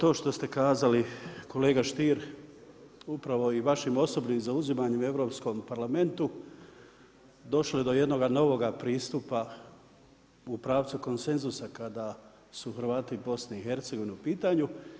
Dobro to što sete kazali, kolega Stier, upravo i vašim osobnim zauzimanjem u Europskom parlamentu, došlo je do jednoga novoga pristupa u pravcu konsenzusa kada su Hrvati BiH-a u pitanju.